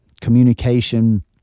communication